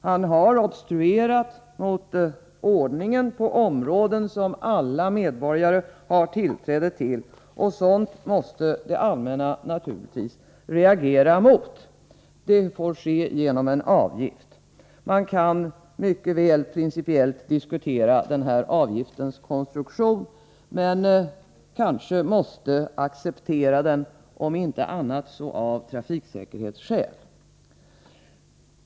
Han har obstruerat mot ordningen på område som alla medborgare har tillträde till, och sådant måste det allmänna naturligtvis reagera mot. Det får ske genom en avgift. Man kan mycket väl principiellt diskutera den här avgiftens konstruktion, men kanske måste acceptera den, om inte annat så av trafiksäkerhetsskäl.